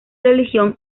religión